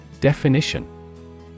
Definition